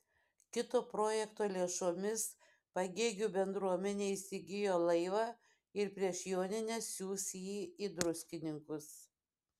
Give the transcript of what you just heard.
kito projekto lėšomis pagėgių bendruomenė įsigijo laivą ir prieš jonines siųs jį į druskininkus